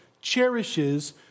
cherishes